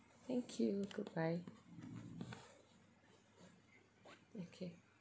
thank you goodbye okay